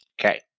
Okay